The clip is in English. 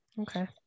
Okay